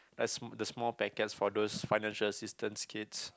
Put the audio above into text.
like the small packets for those financial assistance kids